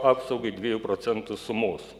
apsaugai dviejų procentų sumos